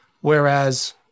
whereas